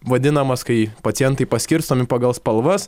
vadinamas kai pacientai paskirstomi pagal spalvas